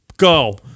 go